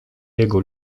jego